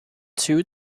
two